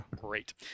great